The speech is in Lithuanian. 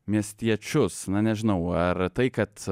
miestiečius na nežinau ar tai kad